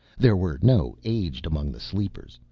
there were no aged among the sleepers.